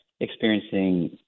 experiencing